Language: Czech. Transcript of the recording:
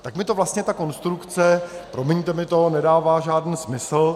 Tak mi vlastně ta konstrukce, promiňte mi to, nedává žádný smysl.